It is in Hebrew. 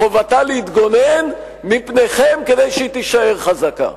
חובתה להתגונן מפניכם, כדי שהיא תישאר חזקה.